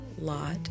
lot